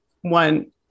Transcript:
one